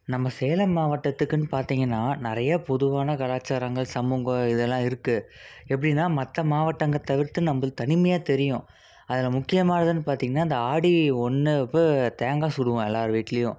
நம்ம சேலம் மாவட்டத்துக்கின்னு பார்த்தீங்கன்னா நிறையா பொதுவான கலாச்சாரங்கள் சமூக இதெல்லாம் இருக்குது எப்படின்னா மற்ற மாவட்டங்கள் தவிர்த்து நம்மள்து தனிமையாக தெரியும் அதில் முக்கியமானதுன்னு பார்த்தீங்கன்னா அந்த ஆடி ஒன்று அப்போ தேங்காய் சுடுவோம் எல்லோரு வீட்டிலியும்